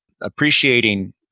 appreciating